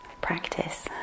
practice